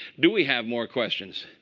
do we have more questions?